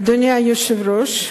אדוני היושב-ראש,